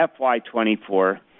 FY24